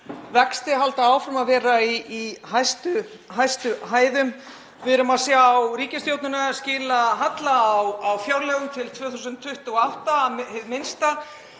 vexti halda áfram að vera í hæstu hæðum. Við erum að sjá ríkisstjórnina skila halla á fjárlögum til 2028, hið minnsta,